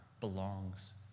belongs